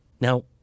Now